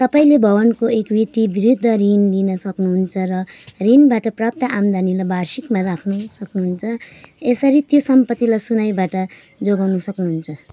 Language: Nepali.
तपाईँँले भवनको इक्विटी विरुद्ध ऋण लिन सक्नुहुन्छ र ऋणबाट प्राप्त आम्दानीलाई वार्षिकमा राख्न सक्नुहुन्छ यसरी त्यो सम्पत्तिलाई सुनुवाईबाट जोगाउन सक्नुहुन्छ